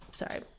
Sorry